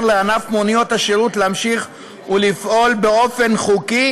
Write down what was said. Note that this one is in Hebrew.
לענף מוניות השירות להמשיך ולפעול באופן חוקי,